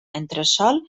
entresòl